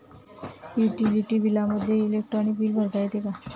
Utility बिलामध्ये electronic bill भरता येते का?